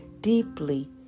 deeply